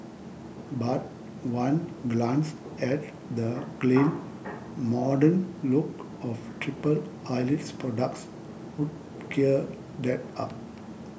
but one glance at the clean modern look of Triple Eyelid's products would clear that up